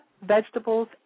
vegetables